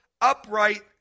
upright